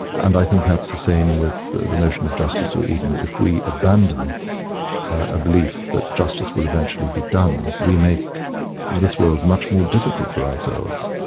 and i think that's the same with the the notion of justice or eden. if we abandon a belief that justice will eventually be done, we make this world much more difficult for ourselves.